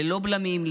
ללא בלמים,